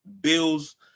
Bills